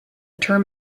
term